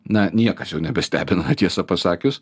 na niekas jau nebestebina tiesa pasakius